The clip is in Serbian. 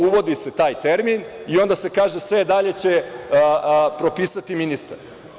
Uvodi se taj termin i onda se kaže – sve dalje će propisati ministar.